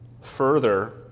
further